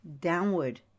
downward